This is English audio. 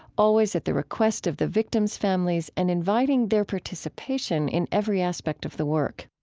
always at the request of the victims' families and inviting their participation in every aspect of the work